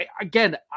Again